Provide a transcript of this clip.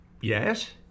Yes